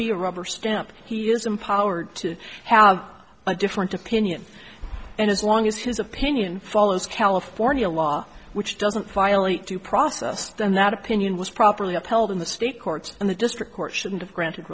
be a rubber stamp he is empowered to have a different opinion and as long as his opinion follows california law which doesn't violate due process then that opinion was properly upheld in the state courts and the district court shouldn't have granted